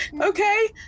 Okay